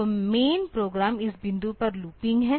तो main program इस बिंदु पर लूपिंग है